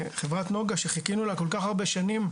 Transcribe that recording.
חברת נגה שחיכינו לה כל כך הרבה שנים,